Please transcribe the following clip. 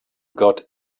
got